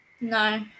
No